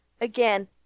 again